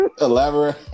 Elaborate